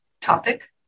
topic